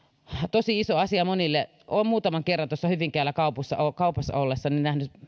tosi iso asia monille olen muutaman kerran hyvinkäällä kaupassa ollessani nähnyt